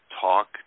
talk